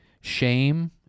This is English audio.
shame